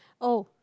oh